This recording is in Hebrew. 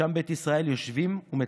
שם בית ישראל / יושבים ומצפים.